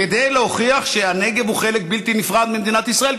כדי להוכיח שהנגב הוא חלק בלתי נפרד ממדינת ישראל.